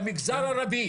במגזר הערבי.